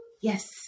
Yes